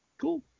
cool